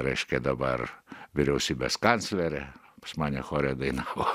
reiškia dabar vyriausybės kanclerė pas mane chore dainavo